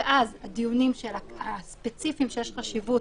ואז הדיונים הספציפיים שיש חשיבות,